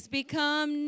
become